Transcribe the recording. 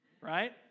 right